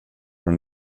den